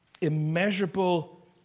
immeasurable